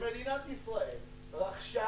שמדינת ישראל רכשה